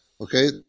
Okay